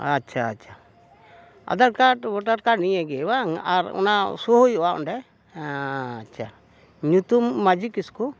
ᱟᱪᱪᱷᱟ ᱟᱪᱪᱷᱟ Aadhaar card voter card ᱱᱤᱭᱟᱹᱜᱮ ᱵᱟᱝ ᱟᱨ ᱚᱱᱟ ᱥᱳ ᱦᱩᱭᱩᱜᱼᱟ ᱚᱸᱰᱮ ᱟᱪᱪᱷᱟ ᱧᱩᱛᱩᱢ ᱢᱟᱺᱡᱷᱤ ᱠᱤᱥᱠᱩ